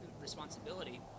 responsibility